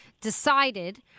decided